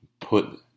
put